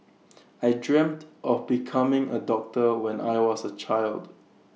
I dreamt of becoming A doctor when I was A child